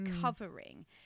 covering